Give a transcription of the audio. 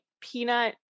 peanut